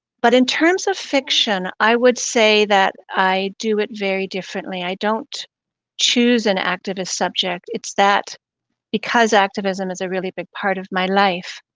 but in terms of fiction, i would say that i do it very differently. i don't choose an activist subject. it's because activism is a really big part of my life,